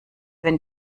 wenn